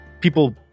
people